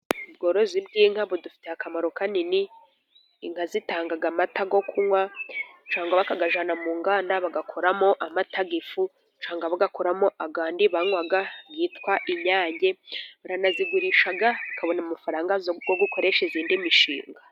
Ubworozi bw'inka budufitiye akamaro kanini. Inka zitanga amata yo kunywa, cyangwa bakagajyana mu nganda bagakoramo amata y'ifu. Usanga bayakuramo n'andi banywaga yitwa inyange. Baranazigurisha bakabona amafaranga yo gukoresha indi mishinga.